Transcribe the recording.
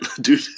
Dude